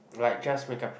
like just make up products